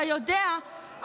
אתה יודע,